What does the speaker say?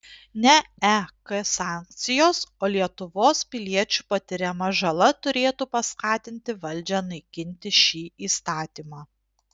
ne ek sankcijos o lietuvos piliečių patiriama žala turėtų paskatinti valdžią naikinti šį įstatymą